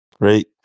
Great